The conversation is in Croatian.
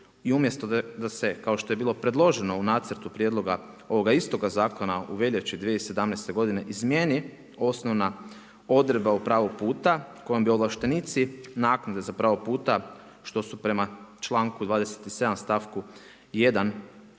i umjesto da se kao što je bilo predloženo u nacrtu prijedloga ovoga istoga zakona u veljači 2017. godine izmjeni osnovna odredba od pravog puta, kojem bi ovlaštenici, naknade za pravog puta, što su prema članku 27. stavku 1.